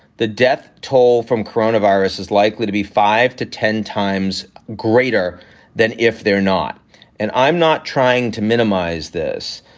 the death toll from corona virus is likely to be five to ten times greater than if they're not and i'm not trying to minimize this,